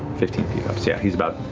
fifteen feet up, so yeah, he's about